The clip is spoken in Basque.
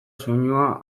soinua